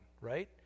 right